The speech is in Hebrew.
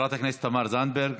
חברת הכנסת תמר זנדברג,